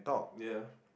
ya